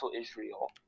Israel